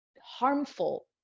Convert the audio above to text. harmful